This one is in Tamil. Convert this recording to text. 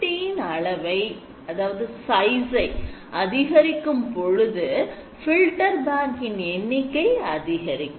DFT இன் அளவை அதிகரிக்கும் பொழுது filter bank இன் எண்ணிக்கை அதிகரிக்கும்